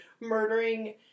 murdering